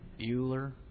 Bueller